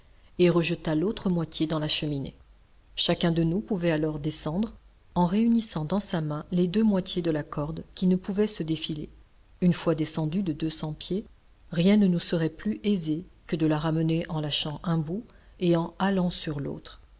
chacun de nous pouvait alors descendre en réunissant dans sa main les deux moitiés de la corde qui ne pouvait se défiler une fois descendus de deux cents pieds rien ne nous serait plus aisé que de la ramener en lâchant un bout et en halant sur l'autre